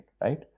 right